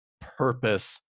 purpose